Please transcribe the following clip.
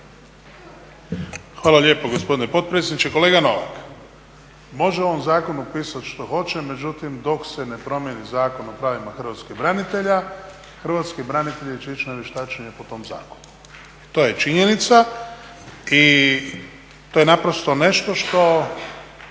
Hvala lijepo gospodine potpredsjedniče. Kolega Novak, može u ovom zakonu pisati što hoće, međutim dok se ne promjeni Zakon o pravim Hrvatskih branitelja Hrvatski branitelji će ići na vještačenje po tom zakonu. I to je činjenica i to je naprosto nešto što